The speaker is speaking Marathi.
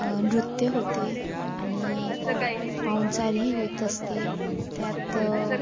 नृत्य होते आणि पाहुणचार ही होत असते त्यात